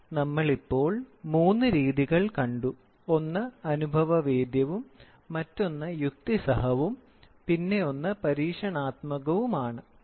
അപ്പോൾ നമ്മൾ ഇപ്പോൾ മൂന്ന് രീതികൾ കണ്ടു ഒന്ന് അനുഭവേദ്യവും മറ്റൊന്ന് യുക്തിസഹവും പിന്നെ ഒന്ന് പരീക്ഷണാത്മകവുമാണ്